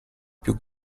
più